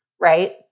Right